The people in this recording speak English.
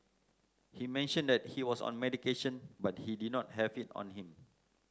he mentioned that he was on medication but he did not have it on him